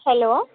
hello